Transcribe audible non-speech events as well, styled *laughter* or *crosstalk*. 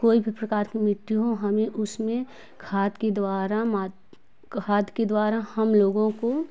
कोई भी प्रकार कि मिट्टी हो हमें उसमें खाद कि द्वारा *unintelligible* खाद के द्वारा हम लोगों को